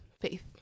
faith